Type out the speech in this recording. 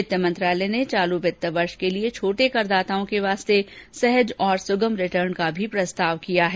वित्त मंत्रालय ने चालू वित्त वर्ष के लिए छोटे कर दाताओं के लिए सहज और सुगम रिटर्न का भी प्रस्ताव किया है